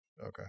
Okay